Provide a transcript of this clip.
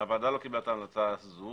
הוועדה לא קיבלה את ההמלצה הזו